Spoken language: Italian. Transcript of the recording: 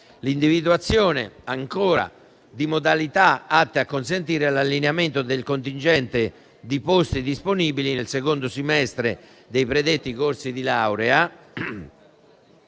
l'individuazione di modalità atte a consentire l'allineamento del contingente di posti disponibili nel secondo semestre dei predetti corsi di laurea